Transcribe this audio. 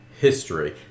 history